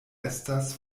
estas